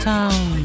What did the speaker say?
Town